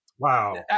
Wow